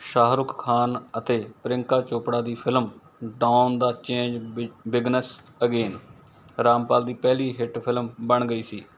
ਸ਼ਾਹਰੁਖ ਖਾਨ ਅਤੇ ਪ੍ਰਿਯੰਕਾ ਚੋਪੜਾ ਦੀ film Don the ਚੇਂਜ ਬਿ ਬਿਗਨਸ ਅਗੇਨ ਰਾਮਪਾਲ ਦੀ ਪਹਿਲੀ ਹਿੱਟ ਫਿਲਮ ਬਣ ਗਈ ਸੀ